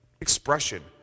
expression